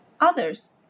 Others